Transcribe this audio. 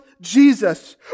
Jesus